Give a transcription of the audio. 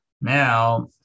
Now